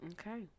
okay